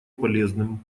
полезным